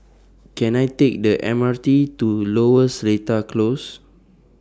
Can I Take The M R T to Lower Seletar Close